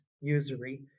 usury